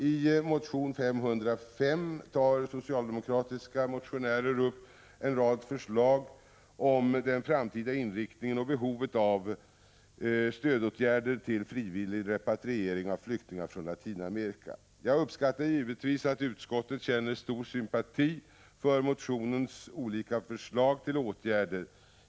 I motion 1985/86:Sf505 tar socialdemokratiska motionärer upp en rad förslag om den framtida inriktningen och behovet av stödåtgärder till frivillig repatriering av flyktingar från Latinamerika. Jag uppskattar givetvis att utskottet känner stor sympati för motionens olika förslag till åtgärder.